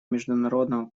международного